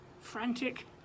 frantic